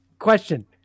question